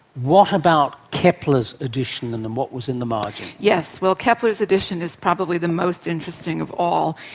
what about kepler's edition, and and what was in the margins? yes, well kepler's edition is probably the most interesting of all.